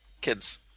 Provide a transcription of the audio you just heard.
Kids